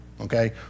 okay